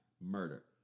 murder